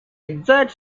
exact